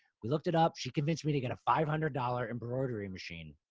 we looked it up. she convinced me to get a five hundred dollars embroidery machine.